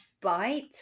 bite